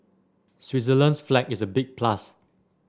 Switzerland's flag is a big plus